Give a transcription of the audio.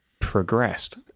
progressed